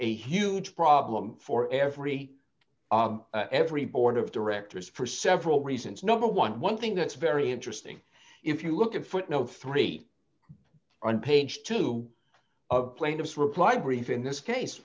a huge problem for every every board of directors for several reasons number eleven thing that's very interesting if you look at footnote three on page two of plaintiff's reply brief in this case